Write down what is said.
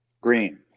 Green